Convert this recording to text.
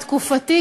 בתקופתי,